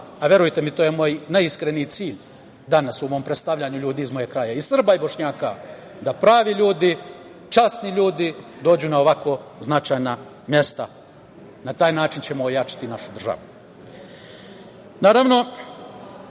Verujte mi, to je moj najiskreniji cilj danas, u mom predstavljanju ljudi iz mog kraja, i Srba i Bošnjaka, da pravi ljudi, časni ljudi dođu na ovako značajna mesta. Na taj način ćemo ojačati našu državu. Naravno,